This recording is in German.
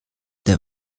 der